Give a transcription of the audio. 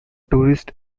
tourist